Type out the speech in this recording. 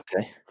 Okay